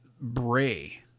Bray